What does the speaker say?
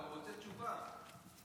התשובה.